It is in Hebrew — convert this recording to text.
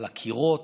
על הקירות,